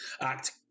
act